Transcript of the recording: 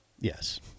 Yes